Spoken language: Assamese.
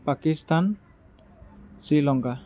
পাকিস্তান শ্ৰীলংকা